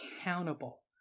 accountable